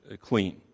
clean